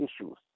issues